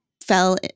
fell